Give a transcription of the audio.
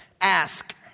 Ask